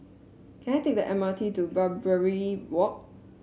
can I take the M R T to Barbary Walk